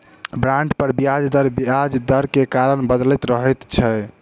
bond पर ब्याज दर बजार दर के कारण बदलैत रहै छै